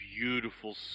Beautiful